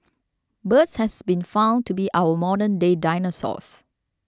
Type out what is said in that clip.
birds has been found to be our modern day dinosaurs